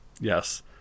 Yes